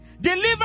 Deliver